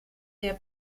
der